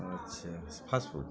আচ্ছা fast food